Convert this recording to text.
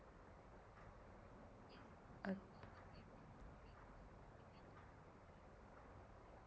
uh